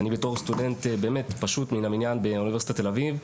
אני בתור סטודנט פשוט מן המניין באוניברסיטת תל אביב,